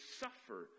suffer